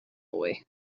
boy